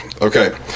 Okay